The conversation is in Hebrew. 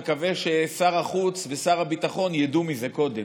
אני מקווה ששר החוץ ושר הביטחון ידעו מזה קודם,